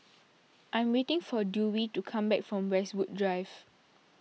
I am waiting for Dewey to come back from Westwood Drive